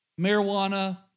marijuana